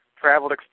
traveled